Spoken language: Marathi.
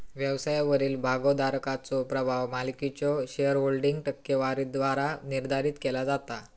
व्यवसायावरील भागोधारकाचो प्रभाव मालकीच्यो शेअरहोल्डिंग टक्केवारीद्वारा निर्धारित केला जाता